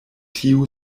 tiu